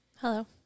Hello